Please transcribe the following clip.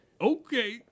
Okay